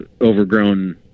overgrown